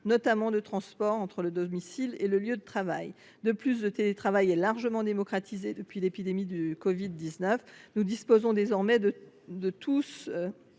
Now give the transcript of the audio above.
notamment de transport entre le domicile et le lieu de travail. De plus, le télétravail s’est largement démocratisé depuis l’épidémie de covid 19. Nous disposons désormais de tous